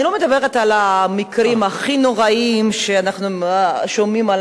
אני לא מדברת על המקרים הכי נוראיים שאנחנו שומעים,